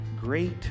great